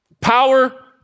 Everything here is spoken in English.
Power